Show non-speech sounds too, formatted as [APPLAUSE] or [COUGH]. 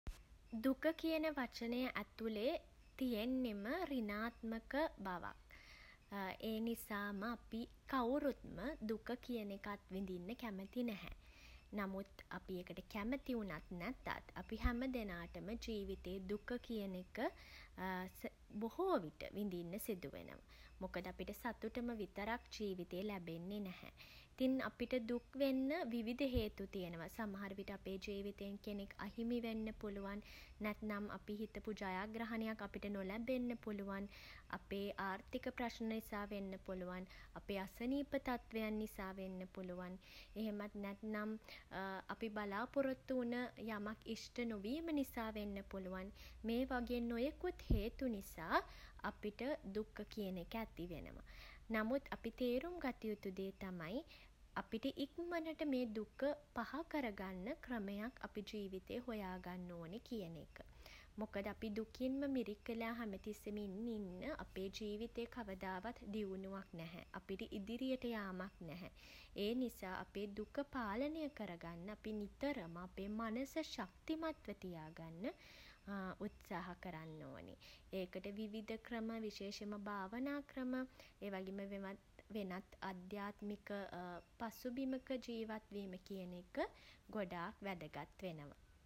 දුක කියන වචනය ඇතුලේ [HESITATION] තියෙන්නෙම [HESITATION] ඍණාත්මක [HESITATION] බවක්. [HESITATION] ඒ නිසාම [HESITATION] අපි [HESITATION] කවුරුත්ම දුක කියන එක අත් විඳින්න කැමති නැහැ. නමුත් අපි එකට කැමති වුණත් නැතත් [HESITATION] අපි හැම දෙනාටම ජීවිතේ දුක කියන එක [HESITATION] බොහෝ විට [HESITATION] විඳින්න සිදුවෙනවා. මොකද අපිට සතුටම විතරක් ජීවිතේ ලැබෙන්නේ නැහැ. ඉතින් අපිට දුක් වෙන්න [HESITATION] විවිධ හේතු තියෙනවා. සමහරවිට අපේ ජීවිතෙන් කෙනෙක් අහිමි වෙන්න පුළුවන්. නැත්නම් අපි හිතපු ජයග්‍රහණයක් අපිට නොලැබෙන්න පුළුවන්. අපේ [HESITATION] ආර්ථික ප්‍රශ්න නිසා වෙන්න පුළුවන්. අපේ අසනීප තත්වයන් නිසා වෙන්න පුළුවන්. එහෙමත් නැත්නම් [HESITATION] අපි බලාපොරොත්තු වුණ යමක් ඉෂ්ට නොවීම නිසා වෙන්න පුළුවන්. මේ වගේ නොයෙකුත් හේතු නිසා [HESITATION] අපිට දුක කියන එක ඇති වෙනවා. නමුත් අපි තේරුම් ගත යුතු දේ තමයි [HESITATION] අපිට ඉක්මනට මේ දුක [HESITATION] පහ කරගන්න ක්‍රමයක් අපි ජීවිතේ හොයාගන්න ඕනේ කියන එක. මොකද අපි දුකින්ම මිරිකලා හැමතිස්සෙම ඉන්න ඉන්න [HESITATION] අපේ ජීවිතේ කවදාවත් දියුණුවක් නැහැ. අපිට ඉදිරියට යාමක් නැහැ. ඒ නිසා අපේ දුක පාලනය කරගන්න අපි නිතරම අපේ මනස ශක්තිමත්ව තියාගන්න [HESITATION] උත්සාහ කරන්න ඕනේ. ඒකට විවිධ ක්‍රම [HESITATION] විශේෂෙන්ම [HESITATION] භාවනා ක්‍රම [HESITATION] ඒ වගේම වෙනත් [HESITATION] වෙනත් අධ්‍යාත්මික [HESITATION] පසුබිමක ජීවත් වීම කියන එක [HESITATION] ගොඩක් වැදගත් වෙනවා.